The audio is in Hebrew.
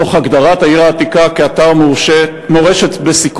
תוך הגדרת העיר העתיקה כאתר מורשת בסיכון.